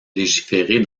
légiférer